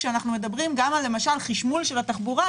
כאשר אנחנו מדברים גם למשל על חשמול של התחבורה,